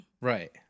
Right